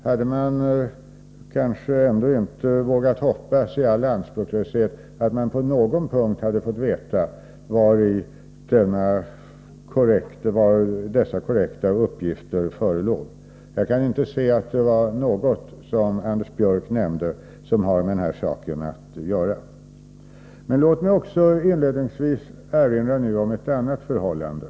Jag hade kanske i all anspråkslöshet vågat hoppas att man på någon punkt hade fått veta var dessa korrekta uppgifter förelåg. Jag kan inte se att något av det Anders Björck nämnde har med den här saken att göra. Låt mig inledningsvis också erinra om ett annat förhållande.